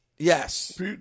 Yes